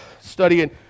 studying